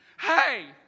Hey